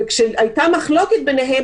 וכשהייתה מחלוקת ביניהם,